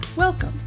Welcome